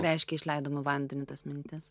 reiškia išleidom į vandenį tas mintis